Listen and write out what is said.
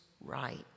right